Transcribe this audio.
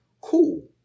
Cool